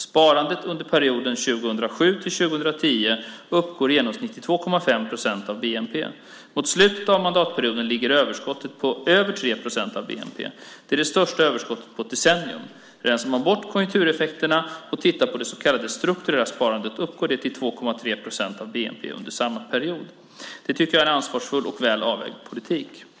Sparandet under perioden 2007-2010 uppgår i genomsnitt till 2,5 procent av bnp. Mot slutet av mandatperioden ligger överskottet på över 3 procent av bnp. Det är det största överskottet på ett decennium. Rensar man bort konjunktureffekterna uppgår det så kallade strukturella sparandet till 2,3 procent av bnp under samma period. Det tycker jag är en ansvarsfull och väl avvägd politik.